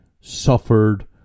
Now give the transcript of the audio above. suffered